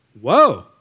Whoa